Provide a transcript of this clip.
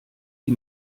die